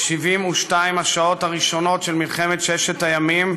ב-72 השעות הראשונות של מלחמת ששת הימים